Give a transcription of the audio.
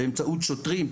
באמצעות שוטרים,